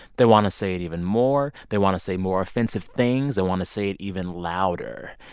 they want to say it even more. they want to say more offensive things. they want to say it even louder.